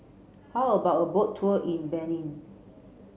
how about a boat tour in Benin